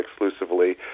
exclusively